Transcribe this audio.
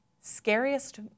scariest